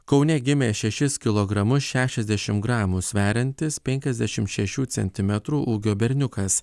kaune gimė šešis kilogramus šešiasdešim gramų sveriantis penkiasdešim šešių centimetrų ūgio berniukas